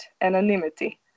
anonymity